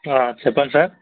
చెప్పండి సార్